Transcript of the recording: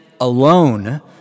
alone